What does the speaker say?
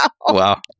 Wow